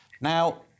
Now